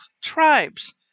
tribes